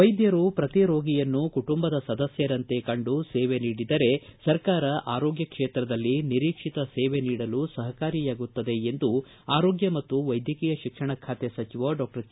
ವೈದ್ಯರು ಪ್ರತಿರೋಗಿಯನ್ನೂ ಕುಟುಂಬದ ಸದಸ್ವರಂತೆ ಕಂಡು ಸೇವೆ ನೀಡಿದರೆ ಸರ್ಕಾರ ಆರೋಗ್ಯ ಕ್ಷೇತ್ರದಲ್ಲಿ ನಿರೀಕ್ಷಿತ ಸೇವೆ ನೀಡಲು ಸಹಕಾರಿಯಾಗಲಿದೆ ಎಂದು ಆರೋಗ್ಯ ಮತ್ತು ವೈದ್ಯಕೀಯ ಶಿಕ್ಷಣ ಖಾತೆ ಸಚಿವ ಡಾಕ್ವರ್ ಕೆ